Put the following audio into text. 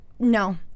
No